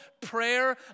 prayer